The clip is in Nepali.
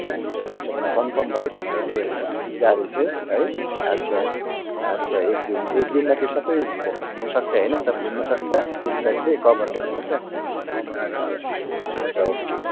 अच्छा त्यसो भने कन्फर्म भयो तपाईँको त्यो गाडी चाहिँ है अच्छा अच्छा एक दिन अच्छा एक दिनमा त्यो सबै घुम्नसक्छ होइन घुम्नसक्छ टुरिस्टहरूले कभर गर्नसक्छ अच्छा हुन्छ ओके